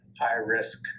high-risk